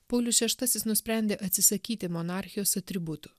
paulius šeštasis nusprendė atsisakyti monarchijos atributų